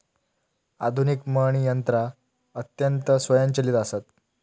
आधुनिक मळणी यंत्रा अत्यंत स्वयंचलित आसत